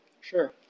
Sure